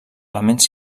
elements